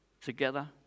together